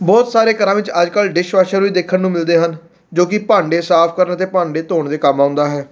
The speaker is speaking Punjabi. ਬਹੁਤ ਸਾਰੇ ਘਰਾਂ ਵਿੱਚ ਅੱਜ ਕੱਲ੍ਹ ਡਿਸ਼ ਵਾਸ਼ਰ ਵੀ ਦੇਖਣ ਨੂੰ ਮਿਲਦੇ ਹਨ ਜੋ ਕਿ ਭਾਂਡੇ ਸਾਫ ਕਰਨ ਅਤੇ ਭਾਂਡੇ ਧੋਣ ਦੇ ਕੰਮ ਆਉਂਦਾ ਹੈ